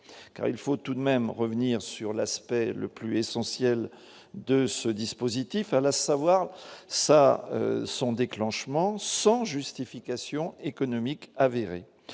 car il faut tout de même revenir sur l'aspect le plus essentiel de ce dispositif à la savoir ça son déclenchement sans justification économique avéré,